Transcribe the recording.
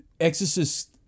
Exorcist